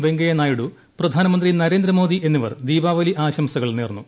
വെങ്കയ്യ നായിഡു പ്രധാനമന്ത്രി ന്രേന്ദ്രമോദി എന്നിവർ ദീപാവലി ആശംസകൾ നേർന്നു